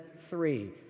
three